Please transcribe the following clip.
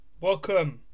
welcome